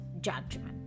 judgment